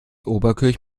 oberkirch